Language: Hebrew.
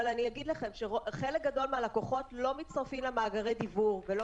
אבל אני אגיד לכם שחלק גדול מהלקוחות לא מצטרפים למאגרי דיוור ולא